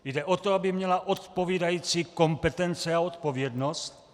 Jde o to, aby měla odpovídající kompetence a odpovědnost.